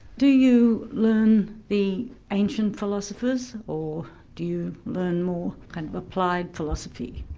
do you learn the ancient philosophers, or do you learn more kind of applied philosophy?